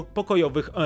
pokojowych